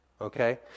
okay